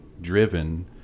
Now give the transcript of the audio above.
driven